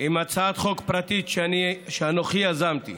עם הצעת חוק פרטית שאנוכי יזמתי.